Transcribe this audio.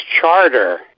charter